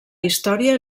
història